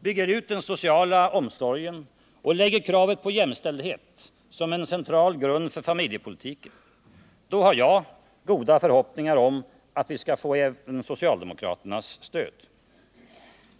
bygger ut den sociala omsorgen och lägger kravet på jämställdhet som en central grund för familjepolitiken — då har jag goda förhoppningar om att vi skall få även socialdemokraternas stöd.